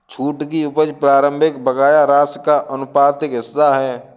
छूट की उपज प्रारंभिक बकाया राशि का आनुपातिक हिस्सा है